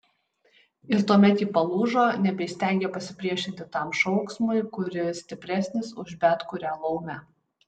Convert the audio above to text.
ir tuomet ji palūžo nebeįstengė pasipriešinti tam šauksmui kuris stipresnis už bet kurią laumę